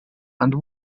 and